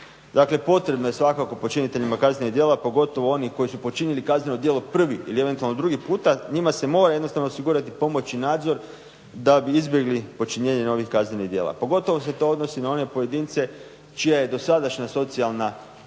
Dakle potrebno je svakako počiniteljima kaznenih djela pogotovo onih koji su počinili kazneno djelo prvi ili eventualno drugi puta njima se mora osigurati pomoć i nadzor da bi izbjegli počinjenje novih kaznenih djela. Pogotovo se to odnosi na one pojedince čije je dosadašnja socijalna